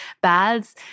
baths